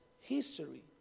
history